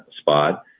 spot